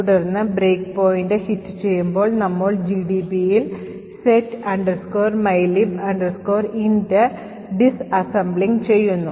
തുടർന്ന് breakpoint hit ചെയ്യുമ്പോൾ നമ്മൾ GDBയിൽ set mylib int ഡിസ്അസംബ്ലിംഗ് ചെയ്യുന്നു